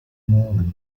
morgens